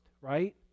right